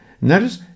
Notice